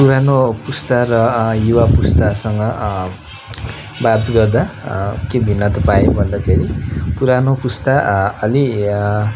पुरानो पुस्ता र युवा पुस्तासँग बात गर्दा के भिन्नता पाएँ भन्दाखेरि पुरानो पुस्ता अलि